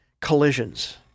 collisions –